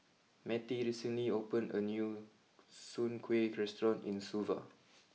Mettie recently opened a new Soon Kueh restaurant in Suva